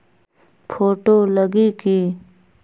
Photo लगी कि?